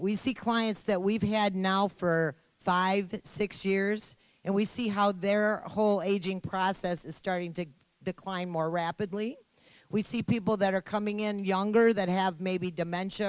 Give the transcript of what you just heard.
we see clients that we've had now for five six years and we see how their whole aging process is starting to decline more rapidly we see people that are coming in younger that have maybe demen